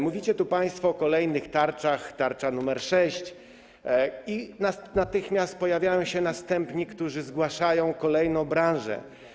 Mówicie tu państwo o kolejnych tarczach, o tarczy nr 6, i natychmiast pojawiają się następni, którzy zgłaszają kolejną branżę.